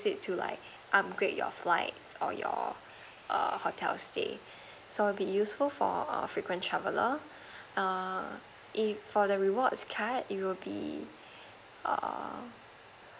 it to like upgrade your flights or your err hotel's stay so it'll be useful for a frequent traveller err it for the rewards card it will be err